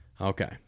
okay